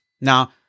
Now